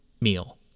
meal